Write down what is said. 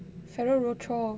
Ferrero Rocher